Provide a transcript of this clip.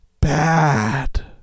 Bad